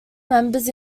members